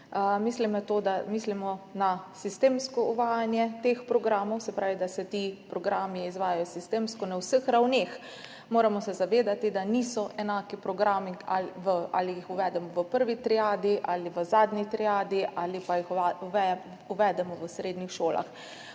Mislimo na sistemsko uvajanje teh programov, se pravi da se ti programi izvajajo sistemsko na vseh ravneh. Moramo se zavedati, da niso enaki programi, če jih uvedemo v prvi triadi ali v zadnji triadi ali pa jih uvedemo v srednjih šolah.